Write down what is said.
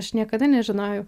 aš niekada nežinojau